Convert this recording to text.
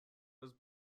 was